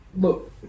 Look